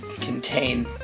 contain